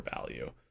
value